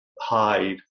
hide